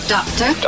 Doctor